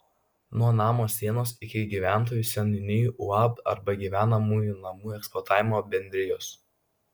nuo namo sienos iki gyventojo seniūnijų uab arba gyvenamųjų namų eksploatavimo bendrijos